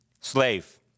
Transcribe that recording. slave